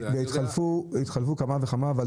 התחלפו כמה וכמה בעלי תפקידים,